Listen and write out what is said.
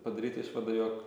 padaryt išvadą jog